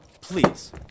please